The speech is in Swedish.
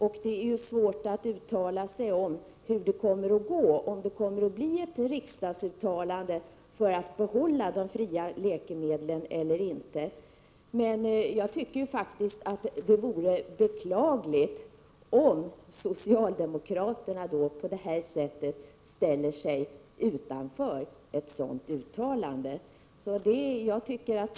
Det är ju svårt att uttala sig om hur det kommer att gå — huruvida det kommer att bli ett riksdagsuttalande för att behålla de fria läkemedlen eller inte — men jag tycker att det vore beklagligt om socialdemokraterna skulle ställa sig utanför ett sådant uttalande.